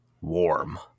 warm